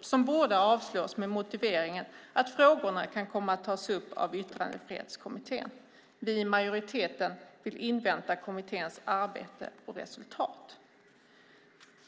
Utskottet föreslår att båda ska avslås med motiveringen att frågorna kan komma att tas upp av Yttrandefrihetskommittén. Vi i majoriteten vill invänta kommitténs arbete och resultat.